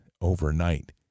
overnight